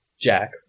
Jack